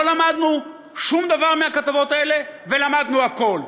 לא למדנו שום דבר מהכתבות האלה, ולמדנו הכול.